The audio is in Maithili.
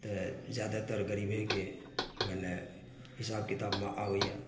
तऽ जादातर गरीबहेके मने हिसाब किताबमे आबैए